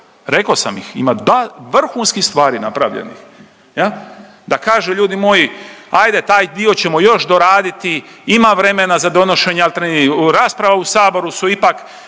reko sam ih ima vrhunskih stvari napravljenih, da kažu ljudi moji ajde taj dio ćemo još doraditi, ima vremena za donošenje altern… rasprava u Saboru je ipak